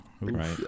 Right